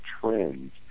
trends